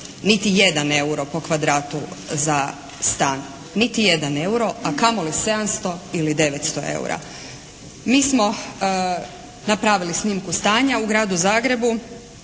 niti jedan euro po kvadratu za stan. Niti jedan euro a kamoli 700 ili 900 eura. Mi smo napravili snimku stanja u Gradu Zagrebu,